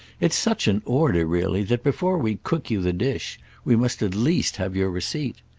it's such an order, really, that before we cook you the dish we must at least have your receipt.